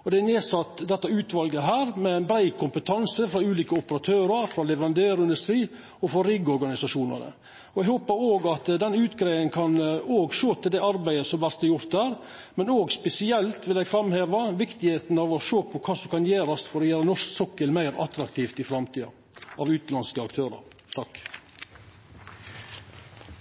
Og det er nedsett eit utval, med brei kompetanse frå ulike operatørar, frå leverandørindustrien og frå riggorganisasjonane. Eg håpar at den utgreiinga òg kan sjå til det arbeidet som vert gjort der. Men spesielt vil eg framheva kor viktig det er å sjå på kva som kan gjerast for å gjera norsk sokkel meir attraktiv i framtida for utanlandske aktørar.